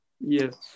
Yes